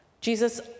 Jesus